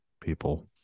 people